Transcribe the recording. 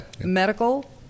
medical